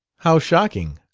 how shocking!